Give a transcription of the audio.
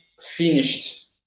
finished